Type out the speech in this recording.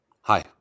Hi